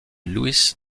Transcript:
luis